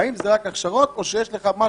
האם זה רק הכשרות או שיש לך משהו,